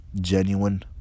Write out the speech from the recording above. genuine